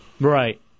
Right